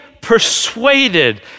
persuaded